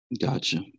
Gotcha